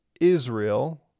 Israel